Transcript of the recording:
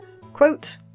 Quote